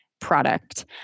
product